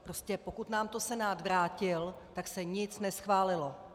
Prostě pokud nám to Senát vrátil, tak se nic neschválilo.